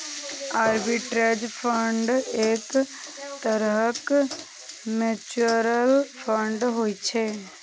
arbitrage fund एक तरहक mutual fund होइ छै